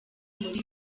muri